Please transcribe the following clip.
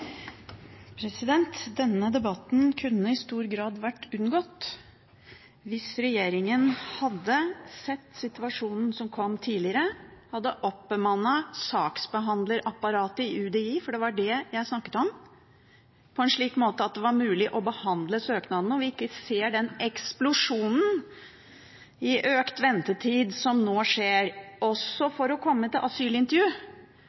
Denne debatten kunne i stor grad vært unngått hvis regjeringen hadde sett situasjonen som kom, tidligere, hadde oppbemannet saksbehandlerapparatet i UDI – det var det jeg snakket om – på en slik måte at det var mulig å behandle søknadene og at vi ikke hadde sett den eksplosjonen i økt ventetid som nå skjer, også for å komme til asylintervju.